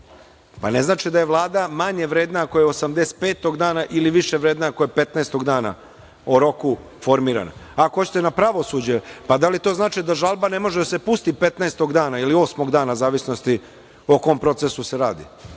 rok. Ne znači da je Vlada manje vredna ako je 85. dana ili više vredna ako je 15. dana o roku formirana. Ako hoćete na pravosuđe, pa da li to znači da žalba ne može da se pusti 15. ili 8. dana, u zavisnosti o kom procesu se radi,